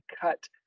cut